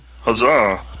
Huzzah